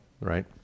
right